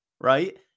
right